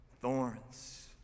Thorns